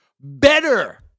better